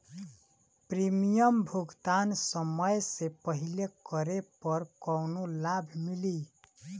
Premium भुगतान समय से पहिले करे पर कौनो लाभ मिली?